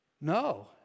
no